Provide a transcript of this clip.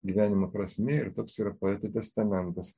gyvenimo prasmė ir toks yra poeto testamentas